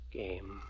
game